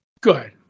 Good